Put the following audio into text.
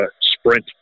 sprint